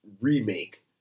remake